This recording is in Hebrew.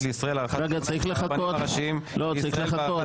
לישראל (הארכת כהונה של הרבנים הראשיים לישראל והארכת